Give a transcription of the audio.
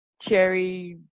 cherry